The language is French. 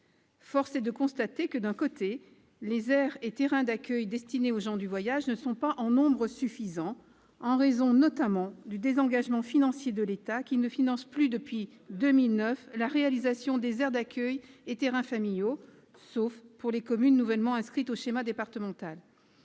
Force est de constater que, d'un côté, les aires et terrains d'accueil destinés aux gens du voyage ne sont pas en nombre suffisant, notamment en raison du désengagement financier de l'État, ... Très bien !... qui ne finance plus depuis 2009 la réalisation des aires d'accueil et terrains familiaux, sauf pour les communes nouvellement inscrites au schéma départemental.